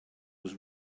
was